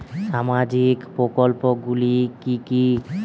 সামাজিক প্রকল্পগুলি কি কি?